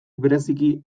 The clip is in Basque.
bereziki